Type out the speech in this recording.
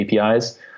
APIs